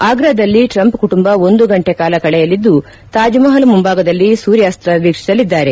ಆಗ್ರಾದಲ್ಲಿ Trump ಕುಟುಂಬ ಒಂದು ಗಂಟೆ ಕಾಲ ಕಳೆಯಲಿದ್ದು ತಾಜ್ಮಹಲ್ ಮುಂಭಾಗದಲ್ಲಿ ಸೂರ್ಯಾಸ್ತ ವೀಕ್ಷಿಸಲಿದ್ದಾರೆ